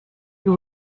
you